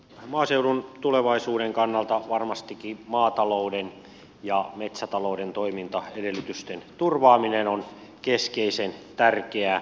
maaseudun tulevaisuuden kannalta varmastikin maatalouden ja metsätalouden toimintaedellytysten turvaaminen on keskeisen tärkeä